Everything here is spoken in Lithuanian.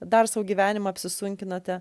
dar sau gyvenimą apsisunkinate